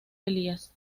elías